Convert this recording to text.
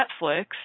Netflix